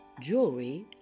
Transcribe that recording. jewelry